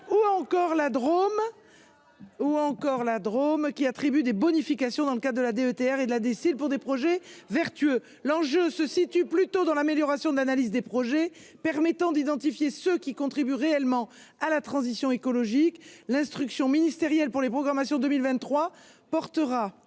ou encore la Drôme qui attribue des bonifications dans le cas de la DETR et de la décide, pour des projets vertueux, l'enjeu se situe plutôt dans l'amélioration de l'analyse des projets permettant d'identifier ce qui contribue réellement à la transition écologique l'instruction ministérielle pour les programmations 2023 portera